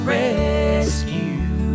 rescue